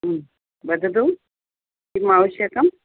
वदतु किम् आवश्यकम्